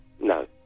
No